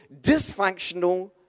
dysfunctional